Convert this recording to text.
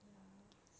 ya